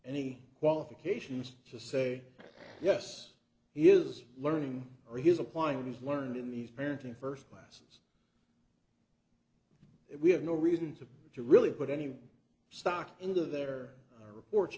any qualifications to say yes he is learning or he's applying he's learned in these parenting first class that we have no reason to to really put any stock into their reports